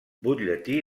butlletí